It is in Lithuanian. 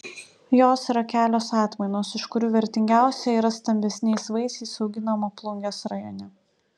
jos yra kelios atmainos iš kurių vertingiausia yra stambesniais vaisiais auginama plungės rajone